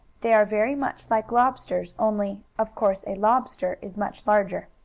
they are very much like lobsters, only, of course, a lobster is much larger.